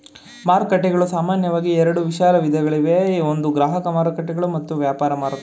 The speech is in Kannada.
ಮಾರುಕಟ್ಟೆಗಳು ಸಾಮಾನ್ಯವಾಗಿ ಎರಡು ವಿಶಾಲ ವಿಧಗಳಿವೆ ಒಂದು ಗ್ರಾಹಕ ಮಾರುಕಟ್ಟೆಗಳು ಮತ್ತು ವ್ಯಾಪಾರ ಮಾರುಕಟ್ಟೆಗಳು